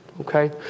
okay